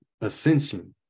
ascension